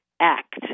Act